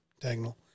diagonal